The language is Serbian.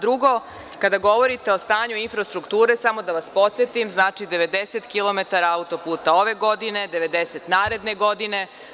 Drugo, kada govorite o stanju infrastrukture, samo da vas podsetim, znači, 90 kilometara auto-puta ove godine, a 90 naredne godine.